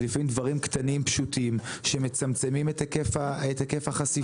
לפעמים דברים קטנים פשוטים שמצמצמים את היקף החשיפה.